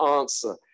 answer